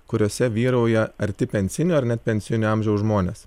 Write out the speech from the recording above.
kuriose vyrauja arti pensinio ar net pensijinio amžiaus žmonės